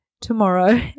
tomorrow